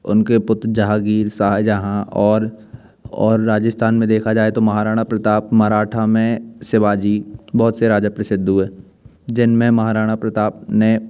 उनके पुत्र जहांगीर शाहजहाँ और और राजस्थान में देखा जाय तो महाराणा प्रताप मराठा में शिवाजी बहुत से राजा प्रसिद्ध हुए जिन में महाराणा प्रताप ने